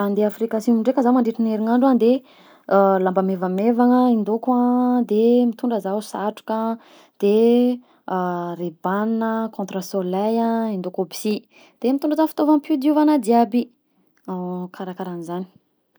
Raha Afrika Asimo ndraika zah mandritra ny herinandro, de lamba mevamevagna ndray hindaoko de mitondra zaho satroka de rayban a contre soleil a hindaoko aby si, de mitondra raha fitaova-pidiovana jiaby karakarahan'izany.